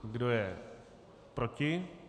Kdo je proti?